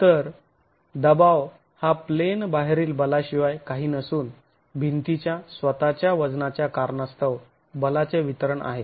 तर दबाव हा प्लेन बाहेरील बलाशिवाय काही नसून भिंतीच्या स्वतःच्या वजनाच्या कारणास्तव बलाचे वितरण आहे